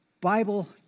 Bible